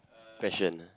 question